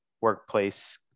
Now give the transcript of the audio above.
workplace